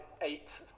eight